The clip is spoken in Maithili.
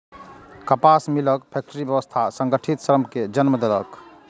कपास मिलक फैक्टरी व्यवस्था संगठित श्रम कें जन्म देलक